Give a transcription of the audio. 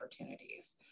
opportunities